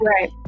Right